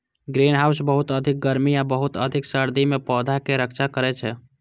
greenhouse बहुत अधिक गर्मी आ बहुत अधिक सर्दी सं पौधाक रक्षा करै छै